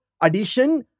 addition